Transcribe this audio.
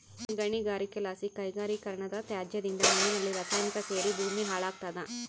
ಗಣಿಗಾರಿಕೆಲಾಸಿ ಕೈಗಾರಿಕೀಕರಣದತ್ಯಾಜ್ಯದಿಂದ ಮಣ್ಣಿನಲ್ಲಿ ರಾಸಾಯನಿಕ ಸೇರಿ ಭೂಮಿ ಹಾಳಾಗ್ತಾದ